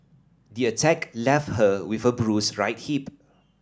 the attack left her with a bruised right hip